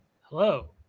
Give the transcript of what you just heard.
Hello